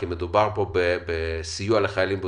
כי מדובר פה בסיוע לחיילים בודדים.